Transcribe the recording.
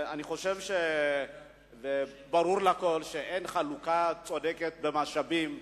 אני חושב וברור לכול שאין חלוקה צודקת במשאבים,